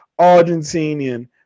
Argentinian